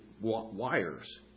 wires